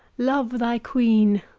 love thy queen,